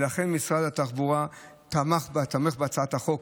ולכן משרד התחבורה תומך בהצעת החוק,